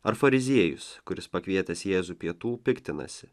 ar fariziejus kuris pakvietęs jėzų pietų piktinasi